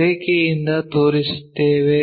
ರೇಖೆಯಿಂದ ತೋರಿಸುತ್ತೇವೆ